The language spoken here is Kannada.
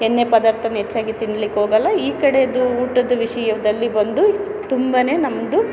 ಎಣ್ಣೆ ಪದಾರ್ಥನ ಹೆಚ್ಚಾಗಿ ತಿನ್ನಲಿಕ್ಕೆ ಹೋಗಲ್ಲ ಈ ಕಡೆದು ಊಟದ ವಿಷಯದಲ್ಲಿ ಬಂದು ತುಂಬನೇ ನಮ್ಮದು